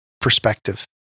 perspective